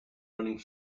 running